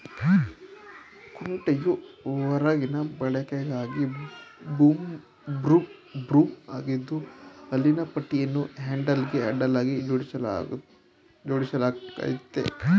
ಕುಂಟೆಯು ಹೊರಗಿನ ಬಳಕೆಗಾಗಿ ಬ್ರೂಮ್ ಆಗಿದ್ದು ಹಲ್ಲಿನ ಪಟ್ಟಿಯನ್ನು ಹ್ಯಾಂಡಲ್ಗೆ ಅಡ್ಡಲಾಗಿ ಜೋಡಿಸಲಾಗಯ್ತೆ